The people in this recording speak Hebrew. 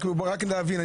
רק להבין.